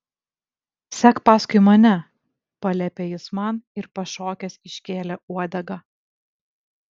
sek paskui mane paliepė jis man ir pašokęs iškėlė uodegą